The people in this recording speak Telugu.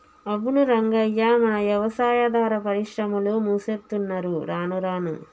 అవును రంగయ్య మన యవసాయాదార పరిశ్రమలు మూసేత్తున్నరు రానురాను